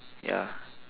ya